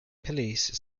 police